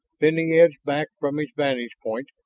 then he edged back from his vantage point,